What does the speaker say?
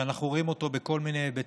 שאנחנו רואים אותו בכל מיני היבטים.